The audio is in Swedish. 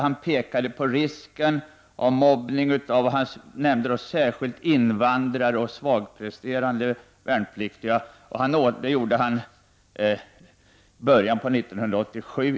Där pekade han på risken av mobbning. Han nämnde särskilt invandrare och svagpresterande värnpliktiga. Detta uttalade han i början av 1987.